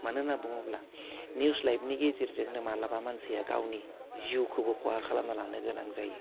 मानो होनना बुङोब्ला निउस लाइभनि गेजेरजोंनो मालाबा मानसिया गावनि जिउखौबो खहा खालामना लानो गोनां जायो